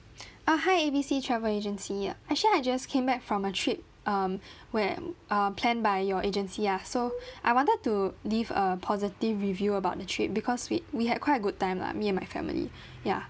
uh hi A B C travel agency actually I just came back from a trip um where um planned by your agency ah so I wanted to leave a positive review about the trip because we we had quite a good time lah me and my family ya